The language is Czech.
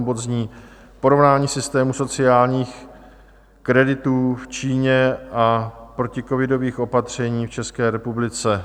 Bod zní Porovnání systému sociálních kreditů v Číně a proticovidových opatření v České republice.